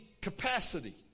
capacity